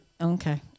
Okay